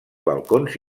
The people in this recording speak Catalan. balcons